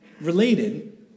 Related